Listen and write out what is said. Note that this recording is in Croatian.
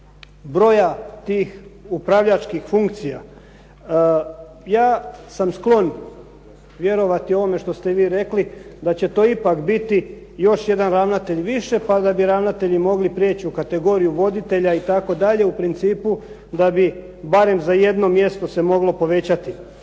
broja tih upravljačkih funkcija. Ja sam sklon vjerovati ovome što ste vi rekli da će to ipak biti još jedan ravnatelj više pa da bi ravnatelji mogli prijeći u kategoriju voditelja i tako dalje, u principu da bi barem za jedno mjesto se moglo povećati.